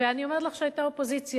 אני אומרת לך שהיתה אופוזיציה.